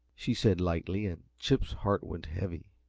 she said, lightly, and chip's heart went heavy.